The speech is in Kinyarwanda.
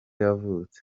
yavutse